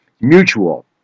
Mutual